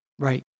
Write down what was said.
Right